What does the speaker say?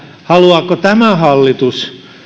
haluaako tämä hallitus